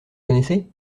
connaissez